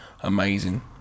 amazing